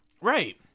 Right